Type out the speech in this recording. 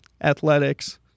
athletics